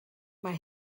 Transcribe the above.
mae